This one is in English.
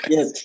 Yes